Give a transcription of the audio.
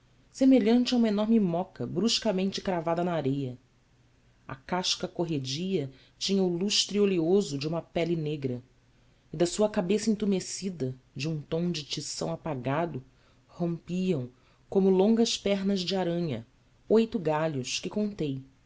semelhante a uma enorme moca bruscamente cravada na areia a casca corredia tinha o lustre oleoso de uma pele negra e da sua cabeça entumecida de um tom de tição apagado rompiam como longas pernas de aranha oito galhos que contei